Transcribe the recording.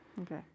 Okay